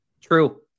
True